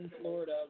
Florida